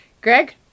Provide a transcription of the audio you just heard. Greg